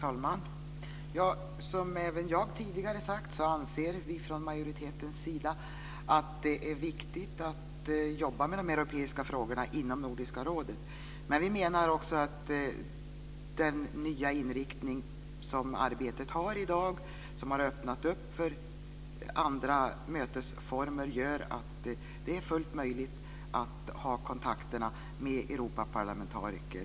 Herr talman! Som jag tidigare sagt anser vi från majoriteten att det är viktigt att jobba med de europeiska frågorna inom Nordiska rådet. Men den nya inriktning som arbetet har i dag och som har öppnat för andra arbetsformer gör att det är fullt möjligt att ha kontakt med Europaparlamentariker.